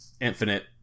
infinite